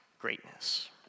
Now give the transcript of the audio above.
greatness